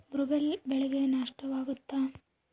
ಬೊಲ್ವರ್ಮ್ನಿಂದ ಬೆಳೆಗೆ ನಷ್ಟವಾಗುತ್ತ?